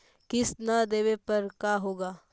किस्त न देबे पर का होगा?